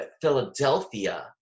Philadelphia